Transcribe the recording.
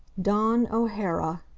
dawn o'hara.